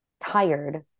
tired